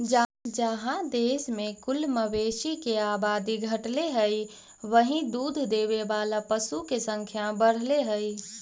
जहाँ देश में कुल मवेशी के आबादी घटले हइ, वहीं दूध देवे वाला पशु के संख्या बढ़ले हइ